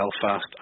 Belfast